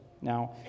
now